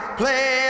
play